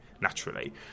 naturally